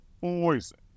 poison